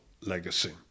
legacy